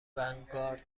ونگارد